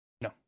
No